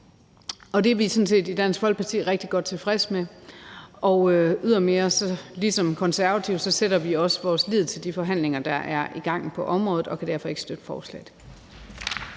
og det er vi i Dansk Folkeparti sådan set rigtig godt tilfredse med. Ydermere sætter vi ligesom Konservative vores lid til de forhandlinger, som er i gang på området, og vi kan derfor ikke støtte forslaget.